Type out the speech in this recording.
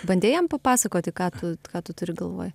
bandei jam papasakoti ką tu ką tu turi galvoj